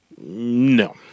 No